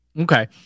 Okay